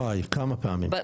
וואי, כמה פעמים.